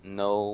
no